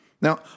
Now